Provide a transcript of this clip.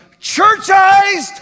Churchized